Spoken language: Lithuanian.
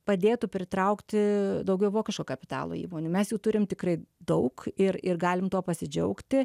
padėtų pritraukti daugiau vokiško kapitalo įmonių mes jų turim tikrai daug ir ir galim tuo pasidžiaugti